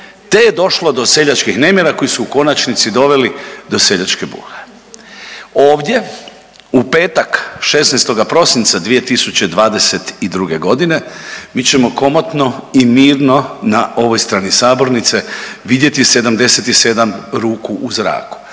te je došlo do seljačkih nemira koji su u konačnici doveli do Seljačke bune. Ovdje u petak, 16. prosinca 2022. godine mi ćemo komotno i mirno na ovoj strani sabornice vidjeti 77 ruku u zraku.